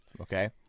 okay